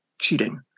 cheating